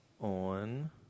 on